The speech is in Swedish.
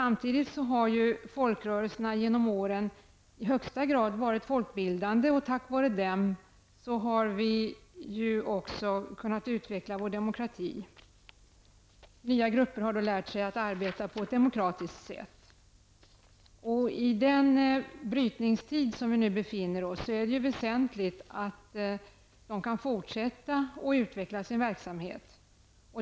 Samtidigt har folkrörelserna genom åren i högsta grad varit folkbildande och tack vare dem har vår demokrati kunnat utvecklas. Nya grupper har lärt sig att arbeta på ett demokratiskt sätt. I den brytningstid som vi nu befinner oss i är det väsentligt att folkrörelserna kan fortsätta att utveckla sin verksamhet.